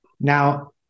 Now